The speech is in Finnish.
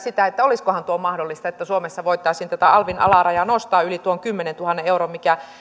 olisikohan tuo mahdollista että suomessa voitaisiin tätä alvin alarajaa nostaa yli tuon kymmenentuhannen euron mikä